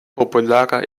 populara